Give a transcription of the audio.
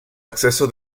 acceso